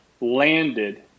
landed